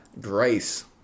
Grace